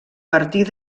partir